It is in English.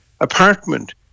apartment